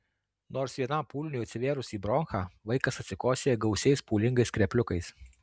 nors vienam pūliniui atsivėrus į bronchą vaikas atkosėja gausiais pūlingais skrepliukais